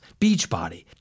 Beachbody